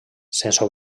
sense